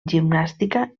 gimnàstica